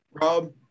Rob